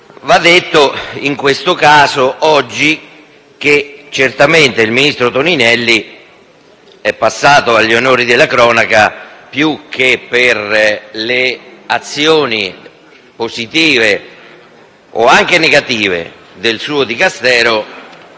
Va detto in questo caso che certamente il ministro Toninelli è passato agli onori della cronaca più che per le azioni positive o anche negative del suo Dicastero,